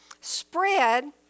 spread